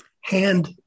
Hand